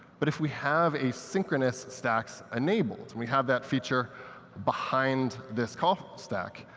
but if we have asynchronous stacks enabled, and we have that feature behind this call stack,